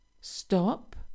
stop